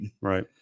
Right